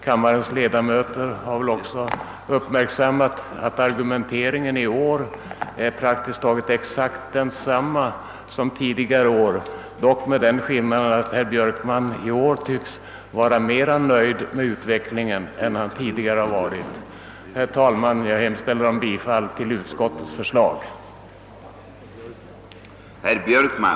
Kammarens ledamöter torde också ha uppmärksammat att argumenteringen för motionen i år är praktiskt taget exakt densamma som tidigare år, dock med den skillnaden att herr Björkman nu tycks vara mera nöjd med utvecklingen än han tidigare varit. Herr talman! Jag yrkar bifall till utskottets hemställan.